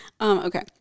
Okay